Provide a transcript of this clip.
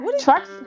Trucks